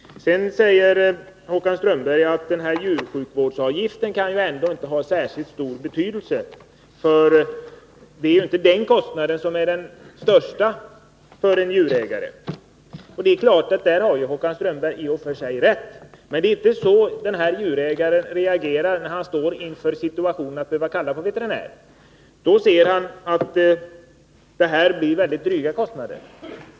Håkan Strömberg säger att djursjukvårdsavgiften ändå inte kan ha särskilt stor betydelse, för det är inte den kostnaden som är den största för en djurägare. Håkan Strömberg har i och för sig rätt. Men det är inte så djurägaren reagerar när han står inför situationen att behöva kalla på veterinär. Han ser då att det blir mycket dryga kostnader.